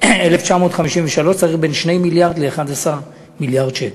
1953 צריך בין 2 מיליארד ל-11 מיליארד שקל.